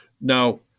Now